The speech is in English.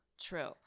True